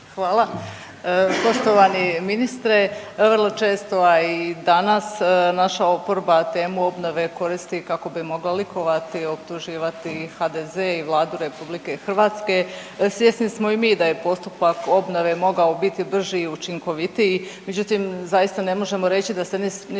Hvala. Poštovani ministre, vrlo često danas naša oporba temu obnove koristi kako bi mogao likovati i optuživati HDZ i Vladu RH. Svjesni smo i mi da je postupak obnove mogao biti brži i učinkovitiji, međutim, zaista ne možemo reći da se ništa